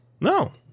No